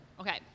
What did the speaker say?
Okay